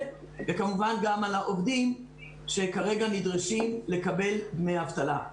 וכמובן גם על העובדים שכרגע נדרשים לקבל דמי אבטלה.